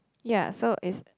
ya so is